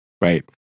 right